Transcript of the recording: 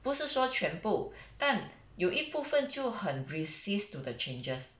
不是说全部但有一部分就很 resist to the changes